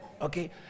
Okay